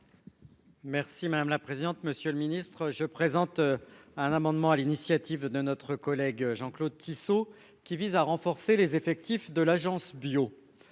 Merci madame la présidente. Monsieur le Ministre, je présente. Un amendement à l'initiative de notre collègue Jean-Claude Tissot qui vise à renforcer les effectifs de l'Agence Bio.